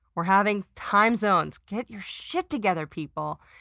we're having time zones! get your shit together people!